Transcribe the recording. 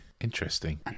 Interesting